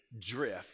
drift